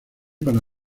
para